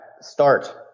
start